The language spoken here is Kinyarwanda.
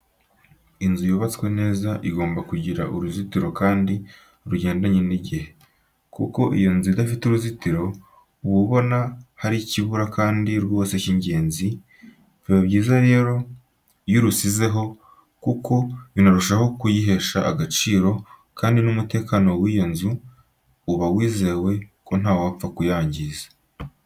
Inzu yubatswe neza igomba kugira n'uruzitiro kandi rugendanye n'igihe. Kuko iyo inzu idafite uruzitiro uba ubona hari icyo ibura kandi rwose k'ingenzi, biba byiza rero iyo urusizeho, kuko binarushaho kuyihesha agaciro kandi n'umutekano w'iyo nzu uba wizewe ko ntawapfa kuyangiza.